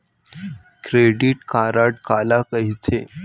Credit card काला कहिथे?